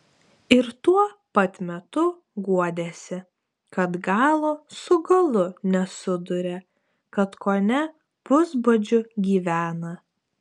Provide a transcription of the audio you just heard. ir tuo pat metu guodėsi kad galo su galu nesuduria kad kone pusbadžiu gyvena